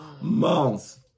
months